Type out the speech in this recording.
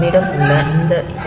நம்மிடம் உள்ள இந்த எம்